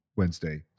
Wednesday